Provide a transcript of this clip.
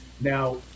Now